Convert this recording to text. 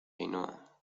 ainhoa